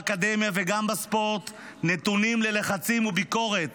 באקדמיה וגם בספורט נתונים ללחצים וביקורת